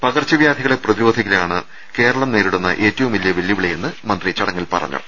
പകർച്ചവ്യാധികളെ പ്രതിരോധിക്കലാണ് കേരളം നേരിടുന്ന ഏറ്റവും വലിയ വെല്ലുവിളിയെന്ന് മന്ത്രി ചടങ്ങിൽ പറ ഞ്ഞു